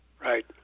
Right